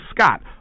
Scott